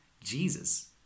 Jesus